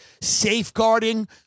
safeguarding